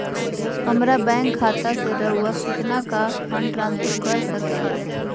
हमरा बैंक खाता से रहुआ कितना का फंड ट्रांसफर कर सके ला?